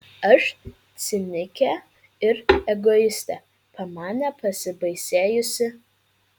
aš cinikė ir egoistė pamanė pasibaisėjusi